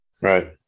Right